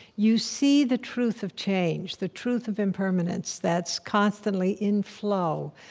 you see the truth of change, the truth of impermanence that's constantly in flow,